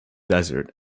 desert